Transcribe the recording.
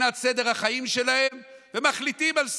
מבחינת סדר החיים שלהם מחליטים על סגר.